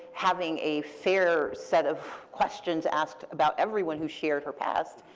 having a fair set of questions asked about everyone who shared her past,